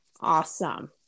awesome